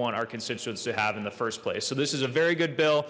want our constituents to have in the first place so this is a very good bill